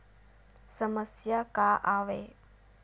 समस्या का आवे?